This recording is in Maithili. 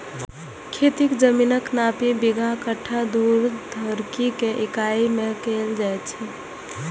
खेतीक जमीनक नापी बिगहा, कट्ठा, धूर, धुड़की के इकाइ मे कैल जाए छै